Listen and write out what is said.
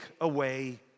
away